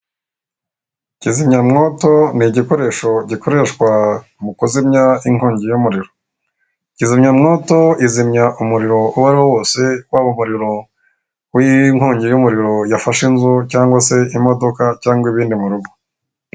Kizimyamwoto ni igikoresho gikoreshwa mu kuzimya inkongi y'umuriro. Kizimyamwoto izimya umuriro uwo ariwo wose, waba umuriro w'inkongi y'umuriro yafashe inzu cyangwa se imodoka, cyangwa ibindi mu rugo.